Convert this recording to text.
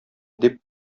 дип